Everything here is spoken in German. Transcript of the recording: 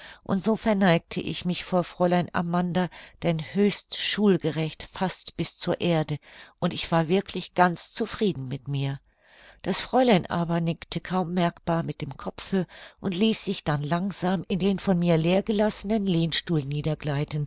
und so verneigte ich mich vor fräulein amanda denn höchst schulgerecht fast bis zur erde und ich war wirklich ganz zufrieden mit mir das fräulein aber nickte kaum bemerkbar mit dem kopfe und ließ sich dann langsam in den von mir leer gelassenen lehnstuhl